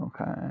Okay